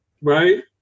Right